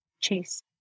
chase